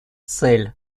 цель